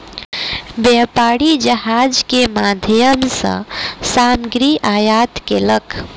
व्यापारी जहाज के माध्यम सॅ सामग्री आयात केलक